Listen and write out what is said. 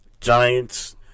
Giants